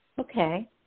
Okay